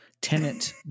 tenant